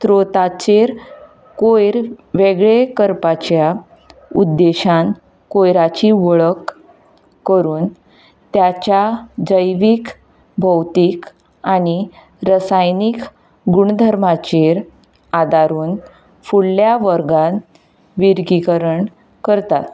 कयर वेगळे करपाच्या उद्देशान कयराची वळख करून ताच्या जैवीक भौतीक आनी रसायणीक गूणधर्माचेर आदारून फुडल्या वर्गांत विर्गीकरण करता